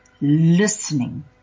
listening